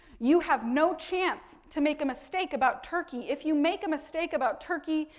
you have no chance to make a mistake about turkey. if you make a mistake about turkey,